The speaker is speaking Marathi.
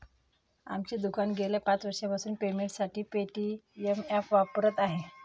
आमचे दुकान गेल्या पाच वर्षांपासून पेमेंटसाठी पेटीएम ॲप वापरत आहे